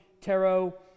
tarot